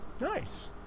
Nice